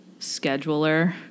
scheduler